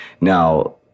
now